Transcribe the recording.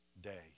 day